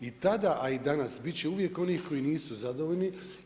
I tada, a i danas, biti će uvijek onih koji nisu zadovoljni.